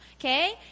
Okay